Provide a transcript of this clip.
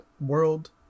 world